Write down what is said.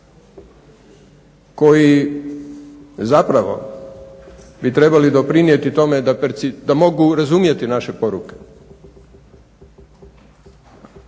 koji zapravo bi trebali doprinijeti tome da mogu razumjeti naše poruke